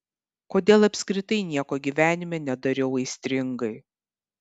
kodėl apskritai nieko gyvenime nedariau aistringai